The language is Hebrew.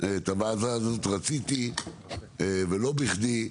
רציתי את הוועדה הזאת, ולא בכדי.